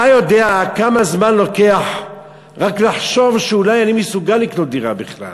אתה יודע כמה זמן לוקח רק לחשוב שאולי אני מסוגל לקנות דירה בכלל.